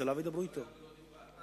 הייתי אולי,